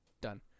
done